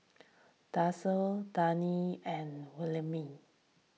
Darci Danna and Wilhelmina